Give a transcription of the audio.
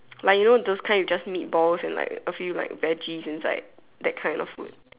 like you know those kind you just meat balls and like a few like veggies inside that kind of food